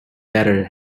better